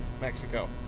Mexico